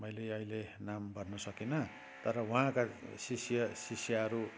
मैले अहिले नाम भन्न सकिनँ तर उहाँका शिष्य शिष्याहरू